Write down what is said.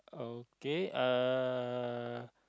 okay uh